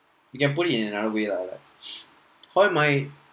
you can put it in another way lah like how am I